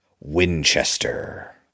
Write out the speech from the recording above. Winchester